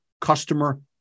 customer